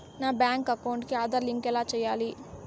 నా bank account కి Aadhaar link ఎలా సేయాలి